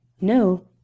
No